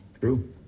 True